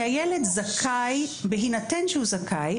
כי הילד זכאי בהינתן שהוא זכאי,